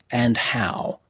and how?